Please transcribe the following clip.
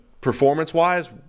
performance-wise